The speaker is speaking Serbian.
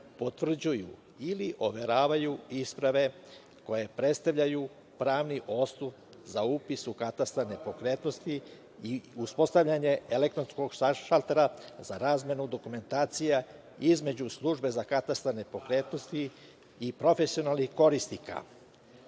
potvrđuju ili overavaju isprave koje predstavljaju pravni osnov za upis u katastar nepokretnosti i uspostavljanje elektronskog šaltera za razmenu dokumentacije između Službe za katastar nepokretnosti i profesionalnih korisnika,